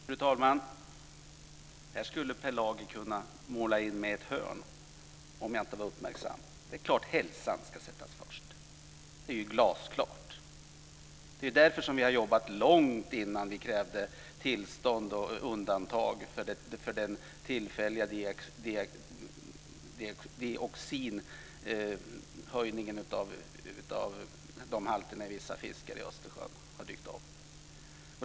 Fru talman! Per Lager skulle kunna måla in mig i ett hörn om jag inte var uppmärksam. Det är glasklart att hälsan ska sättas först. Det är därför som vi har jobbat länge och krävt undantag från regeln långt innan den tillfälliga höjningen av dioxinhalterna i vissa fiskar i Östersjön har dykt upp.